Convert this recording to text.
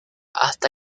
hasta